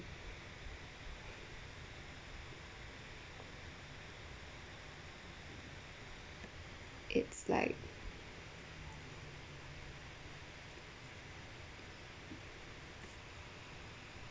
it's like